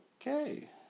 Okay